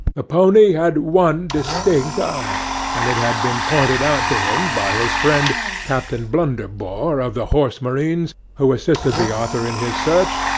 the pony had one distinct eye, and it had been pointed out to him by his friend captain blunderbore, of the horse marines, who assisted the author in his search,